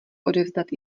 odevzdat